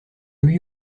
lui